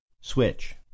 switch